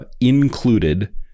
included